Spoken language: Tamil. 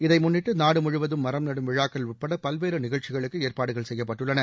இதை முன்னிட்டு நாடு முழுவதும் மரம் நடும் விழாக்கள் உட்பட பல்வேறு நிகழ்ச்சிகளுக்கு ஏற்பாடுகள் செய்யப்பட்டுள்ளன